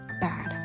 bad